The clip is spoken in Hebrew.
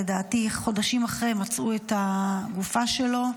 לדעתי חודשים אחרי כן מצאו את הגופה שלו,